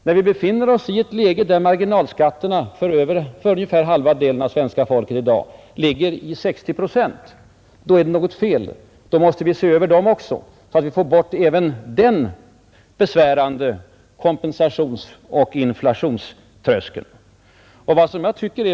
När vi befinner oss i det läget att marginalskatterna för ungefär hälften av svenska folket i dag ligger vid 60 procent, då är det något fel, då måste vi se till att vi får bort även denna besvärande kompensationsoch inflationströskel.